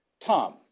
Tom